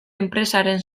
enpresaren